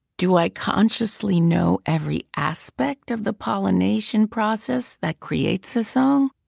do i consciously know every aspect of the pollination process that creates a song?